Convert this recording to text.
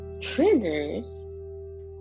triggers